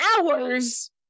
hours